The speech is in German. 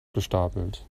gestapelt